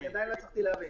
אני עדיין לא הצלחתי להבין.